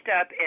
up